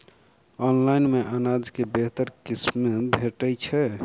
Online मे अनाज केँ बेहतर किसिम भेटय छै?